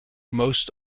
most